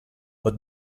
but